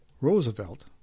Roosevelt